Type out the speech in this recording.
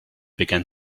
began